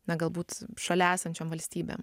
na galbūt šalia esančiom valstybėm